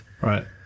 Right